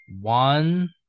one